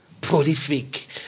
prolific